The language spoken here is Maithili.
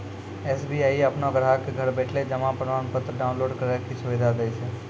एस.बी.आई अपनो ग्राहको क घर बैठले जमा प्रमाणपत्र डाउनलोड करै के सुविधा दै छै